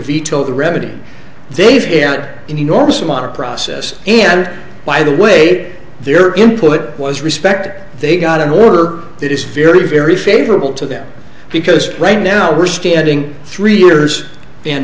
veto the remedy they fair and enormous amount of process and by the way their input was respected they got an order that is very very favorable to them because right now we're standing three years and